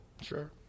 Sure